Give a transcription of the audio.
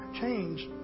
change